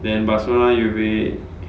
then barcelona 也会